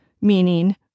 Meaning